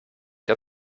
der